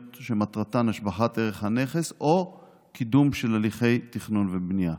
שמטרתן השבחת ערך הנכס או קידום של הליכי תכנון ובנייה.